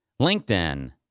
LinkedIn